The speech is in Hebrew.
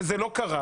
וזה לא קרה,